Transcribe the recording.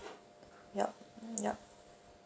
yup yup